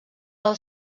del